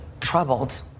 troubled